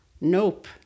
Nope